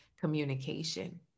communication